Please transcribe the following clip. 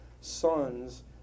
sons